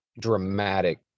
dramatic